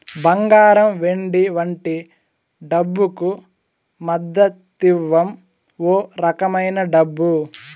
బంగారం వెండి వంటి డబ్బుకు మద్దతివ్వం ఓ రకమైన డబ్బు